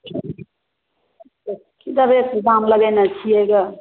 की सब दाम लगैने छियै रऽ